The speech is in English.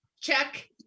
check